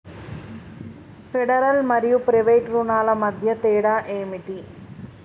Federal మరియు private రుణాల మధ్య తేడా ఏమిటి?